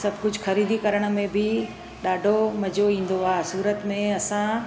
सभु कुझु ख़रीदी करण में बि ॾाढो मज़ो ईंदो आहे सूरत में असां